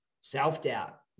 self-doubt